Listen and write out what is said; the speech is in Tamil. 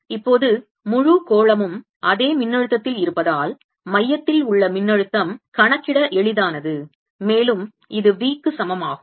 இப்போது முழு கோளமும் அதே மின்னழுத்தத்தில் இருப்பதால் மையத்தில் உள்ள மின்னழுத்தம் கணக்கிட எளிதானது மேலும் இது V க்கு சமமாகும்